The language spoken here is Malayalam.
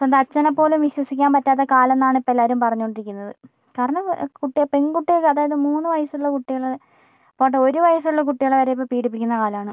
സ്വന്തം അച്ഛനെപ്പോലും വിശ്വസിക്കാൻ പറ്റാത്ത കാലം എന്നാണ് ഇപ്പം എല്ലാവരും പറഞ്ഞുകൊണ്ടിരിക്കുന്നത് കാരണം കുട്ടിയാണ് പെൺകുട്ടികൾക്ക് അതായത് മൂന്ന് വയസ്സുള്ള കുട്ടികൾ പോട്ടെ ഒരു വയസ്സുള്ള കുട്ടികളെ വരെ ഇപ്പോൾ പീഡിപ്പിക്കുന്ന കാലമാണ്